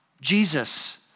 Jesus